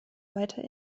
weiter